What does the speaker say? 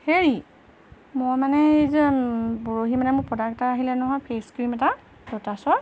হেৰি মই মানে এই যে পৰহি মানে মোৰ প্ৰডাক্ট এটা আহিলে নহয় ফেচ ক্ৰীম এটা ল'টছৰ